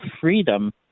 freedom